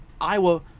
Iowa